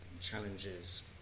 challenges